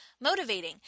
motivating